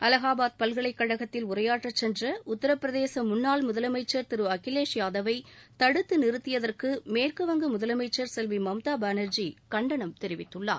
அலகாபாத் பல்கலைக்கழகத்தில் உரையாற்றச் சென்ற உத்திரப்பிரதேச முன்னாள் முதலமைச்சர் திரு அகிலேஷ் யாதவை தடுத்து நிறுத்தியதற்கு மேற்குவங்க முதலமைச்சர் செல்வி மம்தா பானர்ஜி கண்டனம் தெரிவித்துள்ளார்